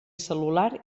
cel·lular